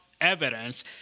evidence